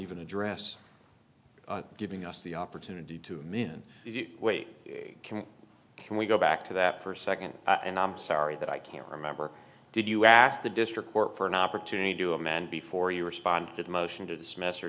even address giving us the opportunity to men wait can we go back to that for a second and i'm sorry that i can't remember did you ask the district court for an opportunity to a man before you respond to the motion to dismiss or